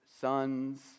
sons